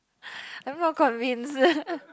I'm not convinced